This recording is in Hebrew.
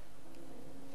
אדוני היושב-ראש,